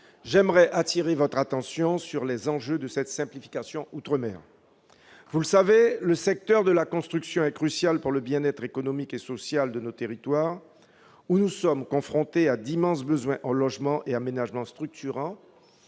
mes chers collègues, sur les enjeux de cette simplification outre-mer. Vous n'ignorez pas que le secteur de la construction est crucial pour le bien-être économique et social de nos territoires, où nous sommes confrontés à d'immenses besoins en logements et aménagements structurants,